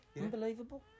unbelievable